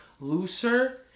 looser